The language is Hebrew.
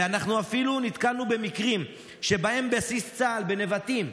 ואנחנו אפילו נתקלנו במקרים שבהם בסיס צה"ל בנבטים,